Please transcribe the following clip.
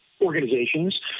organizations